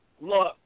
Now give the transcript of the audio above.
look